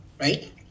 right